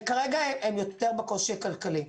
כרגע הם יותר בקושי הכלכלי,